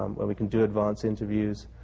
um where we can do advance interviews.